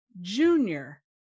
Junior